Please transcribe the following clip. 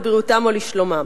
לבריאותם או לשלומם.